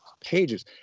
pages